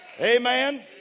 Amen